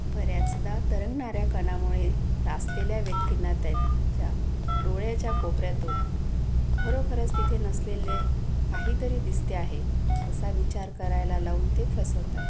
बऱ्याचदा तरंगणाऱ्या कणांमुळे त्रासलेल्या व्यक्तींना त्याच्या डोळ्याच्या कोपऱ्यातून खरोखरच तिथे नसलेले काहीतरी दिसते आहे असा विचार करायला लावून ते फसवतात